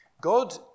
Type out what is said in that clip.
God